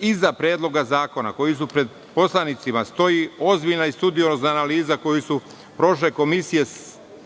Iza Predloga zakona koji su pred poslanicima stoji ozbiljna i studiozna analiza koje su prošle komisije sastavljale